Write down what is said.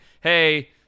hey